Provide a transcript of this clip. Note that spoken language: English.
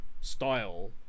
style